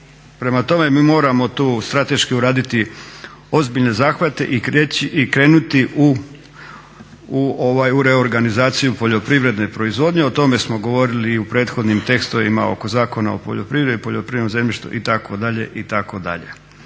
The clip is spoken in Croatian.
Prema tome, mi moramo tu strateški uraditi ozbiljne zahvate i krenuti u reorganizaciju poljoprivredne proizvodnje, o tome smo govorili i u prethodnim tekstovima oko Zakona o poljoprivredi, poljoprivrednom zemljištu itd.